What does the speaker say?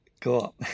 Cool